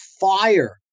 fire